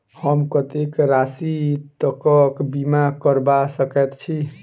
हम कत्तेक राशि तकक बीमा करबा सकैत छी?